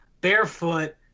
barefoot